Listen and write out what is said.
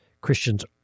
Christians